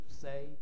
say